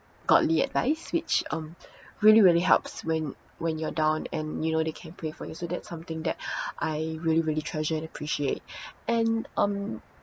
godly advice which um really really helps when when you're down and you know they can pray for you so that's something that I really really treasure and appreciate and um